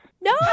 No